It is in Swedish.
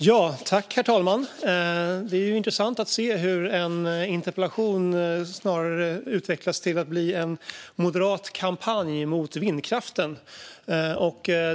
Herr talman! Det är intressant att se hur en interpellation utvecklas till att snarare bli en moderat kampanj mot vindkraften.